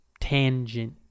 Tangent